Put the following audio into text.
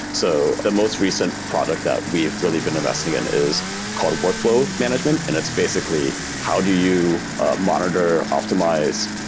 so the most recent product that we've really been investing in is called workflow management, and it's basically how do you monitor, optimize,